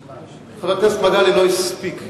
חבר הכנסת מגלי לא הספיק,